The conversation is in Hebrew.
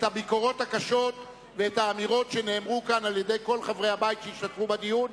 את הביקורות הקשות ואת האמירות שאמרו כאן כל חברי הבית שהשתתפו בדיון,